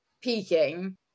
peaking